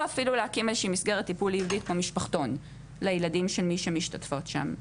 או אפילו להקים מסגרת טיפולית או משפחתון לילדים של מי שמשתתפות שם.